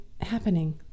happening